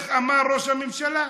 איך אמר ראש הממשלה,